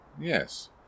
Yes